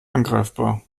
angreifbar